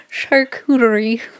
Charcuterie